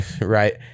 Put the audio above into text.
right